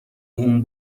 اون